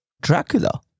Dracula